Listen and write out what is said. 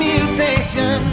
Mutation